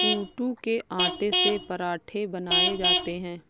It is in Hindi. कूटू के आटे से पराठे बनाये जाते है